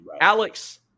Alex